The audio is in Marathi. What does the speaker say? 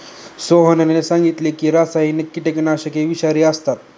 सोहनने सांगितले की रासायनिक कीटकनाशके विषारी असतात